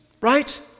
right